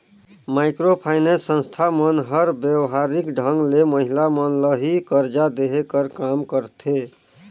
micro finance संस्था मन हर बेवहारिक ढंग ले महिला मन ल ही करजा देहे कर काम करथे